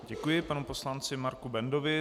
Děkuji panu poslanci Marku Bendovi.